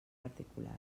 particulars